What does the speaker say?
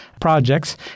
projects